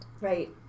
Right